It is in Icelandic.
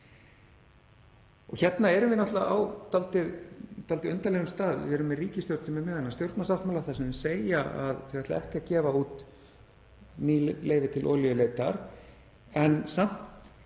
Hérna erum við náttúrlega á dálítið undarlegum stað. Við erum með ríkisstjórn sem er með þennan stjórnarsáttmála þar sem þau segja að þau ætli ekki að gefa út ný leyfi til olíuleitar en samt